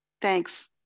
Thanks